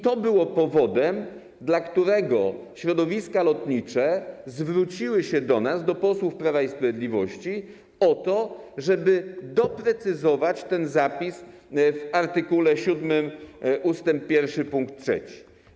To było powodem, dla którego środowiska lotnicze zwróciły się do nas, do posłów Prawa i Sprawiedliwości, o to, żeby doprecyzować ten zapis w art. 7 ust. 1 pkt 3.